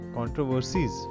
controversies